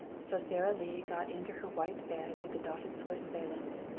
so sara lee got into her white bed with the dotted swiss valance,